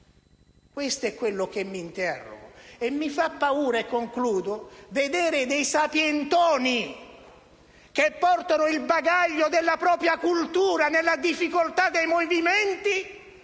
Questo è quello su cui mi interrogo. Mi fa paura vedere dei sapientoni, che portano il bagaglio della propria "cultura" nella difficoltà dei movimenti,